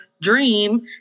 dream